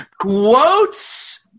Quotes